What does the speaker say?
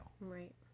Right